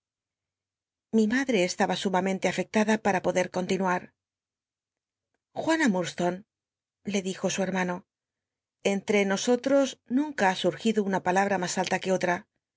lli madre estaba su mamente afectada para poclcr continuar juana lurdstone le dijo su bel'mano entre nosotros nunca ha surgido una palabra mas alta que otra